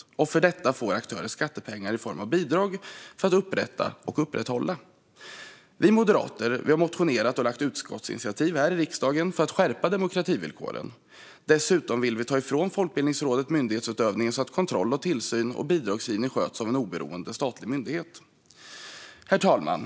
Detta får alltså aktörer skattepengar i form av bidrag för att upprätta och upprätthålla. Vi moderater har motionerat och lagt fram utskottsinitiativ här i riksdagen för att skärpa demokrativillkoren. Dessutom vill vi ta ifrån Folkbildningsrådet myndighetsutövningen så att kontroll, tillsyn och bidragsgivning sköts av en oberoende statlig myndighet. Herr talman!